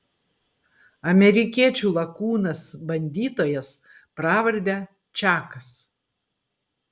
amerikiečių lakūnas bandytojas pravarde čakas